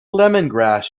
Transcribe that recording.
lemongrass